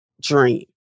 dream